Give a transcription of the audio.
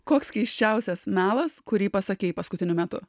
koks keisčiausias melas kurį pasakei paskutiniu metu